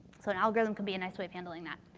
so, an algorithm can be a nice way of handling that.